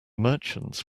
merchants